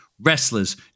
Wrestlers